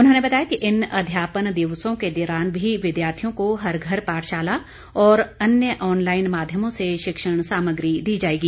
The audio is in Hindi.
उन्होंने बताया कि इन अध्यापन दिवसों के दौरान भी विद्यार्थियों को हर घर पाठशाला और अन्य ऑनलाईन माध्यमों से शिक्षण सामग्री दी जाएगी